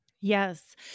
Yes